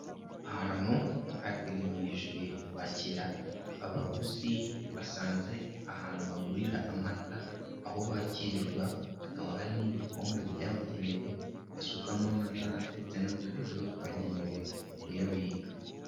Ahantu hateganyirijwe kwakira, abaguzi basanze ahantu bagurira amata, aho bakirirwa, hakaba hari n'ibikombe byabugenewe, basukamo amata ndetse n'utubido twagenewe kuyabika.